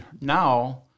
now